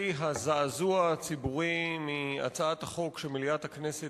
הדי הזעזוע הציבורי מהצעת החוק שמליאת הכנסת